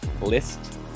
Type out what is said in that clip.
list